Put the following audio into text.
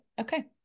Okay